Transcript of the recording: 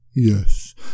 Yes